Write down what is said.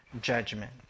judgment